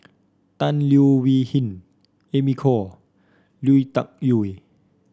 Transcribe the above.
Tan Leo Wee Hin Amy Khor Lui Tuck Yew